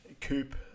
Coop